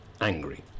angry